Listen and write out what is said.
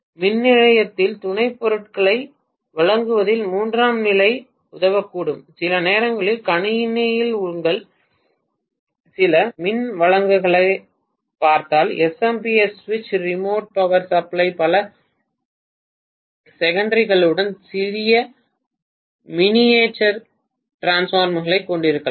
மின் நிலையத்தில் துணைப்பொருட்களை வழங்குவதில் மூன்றாம் நிலை உதவக்கூடும் சில நேரங்களில் கணினியில் உங்கள் சில மின்வழங்கல்களைப் பார்த்தால் SMPS சுவிட்ச் ரிமோட் பவர் சப்ளை பல செகண்டரிகளுடன் சிறிய மினியேட்டரைஸ் டிரான்ஸ்பார்மரைக் கொண்டிருக்கலாம்